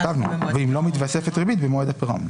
אם לא מתווספת ריבית במועד הפירעון.